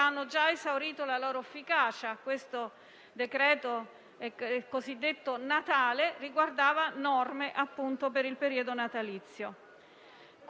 Questo è in contraddizione con la necessità di dare risposte tempestive, di programmare le stesse, come dicevo prima,